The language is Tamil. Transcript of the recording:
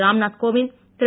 ராம்நாத் கோவிந்த் திரு